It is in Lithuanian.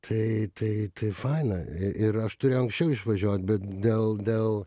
tai tai tai faina ir aš turėjau anksčiau išvažiuot bet dėl dėl